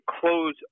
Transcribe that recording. close